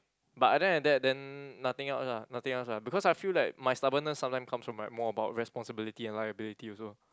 but other than that then nothing else ah nothing else ah because I feel like my stubbornness sometime comes from my more about responsibility and liability also